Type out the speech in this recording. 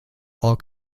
all